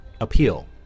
appeal